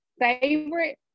favorite